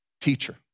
Teacher